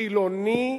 חילוני,